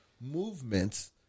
movements